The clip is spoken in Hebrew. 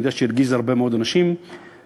אני יודע שהיא הרגיזה הרבה מאוד אנשים סתם.